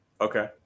okay